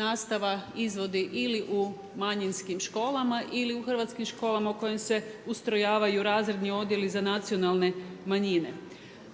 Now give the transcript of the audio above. nastava izvodi ili u manjinskim školama ili u hrvatskim školama u kojim se ustrojavaju razredni odjeli za nacionalne manjine.